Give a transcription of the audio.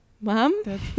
Mom